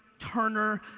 turner,